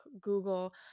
Google